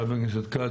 חבר הכנסת כץ,